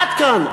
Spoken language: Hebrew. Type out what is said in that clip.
עד כאן,